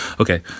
Okay